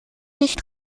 nicht